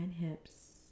hips